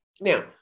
Now